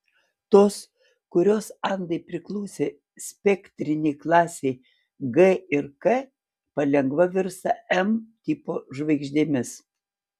tos kurios andai priklausė spektrinei klasei g ir k palengva virsta m tipo žvaigždėmis